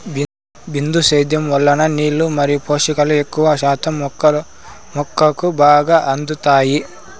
బిందు సేద్యం వలన నీళ్ళు మరియు పోషకాలు ఎక్కువ శాతం మొక్కకు బాగా అందుతాయి